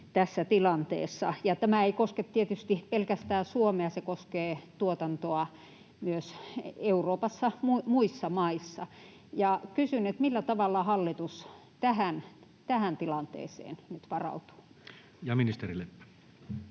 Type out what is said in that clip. Tämä ei koske tietenkään pelkästään Suomea, se koskee tuotantoa myös muissa Euroopan maissa. Kysyn: millä tavalla hallitus tähän tilanteeseen nyt varautuu? [Speech